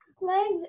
legs